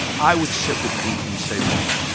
i would sit with people and say, look,